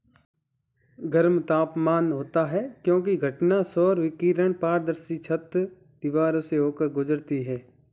गर्म तापमान होता है क्योंकि घटना सौर विकिरण पारदर्शी छत, दीवारों से होकर गुजरती है